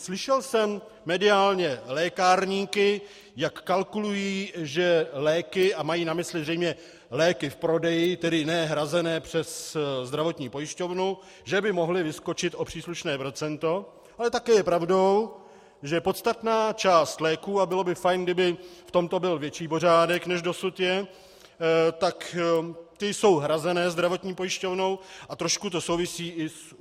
Slyšel jsem mediálně lékárníky, jak kalkulují, že léky, a mají na mysli zřejmě léky v prodeji, tedy ne hrazené přes zdravotní pojišťovnu, že by mohly vyskočit o příslušné procento, ale také je pravdou, že podstatná část léků, a bylo by fajn, kdyby v tomto byl větší pořádek, než dosud je, tak ty jsou hrazené zdravotní pojišťovnou a trochu to souvisí i s